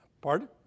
Pardon